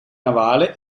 navale